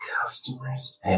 customers